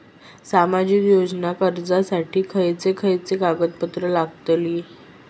सामाजिक योजना अर्जासाठी खयचे खयचे कागदपत्रा लागतली?